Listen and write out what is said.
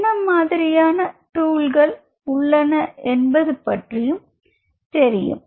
என்ன மாதிரியான டூல்கள் உள்ளன என்பது பற்றியும் தெரியும்